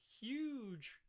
huge